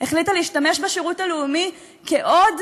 היא החליטה להשתמש בשירות הלאומי כעוד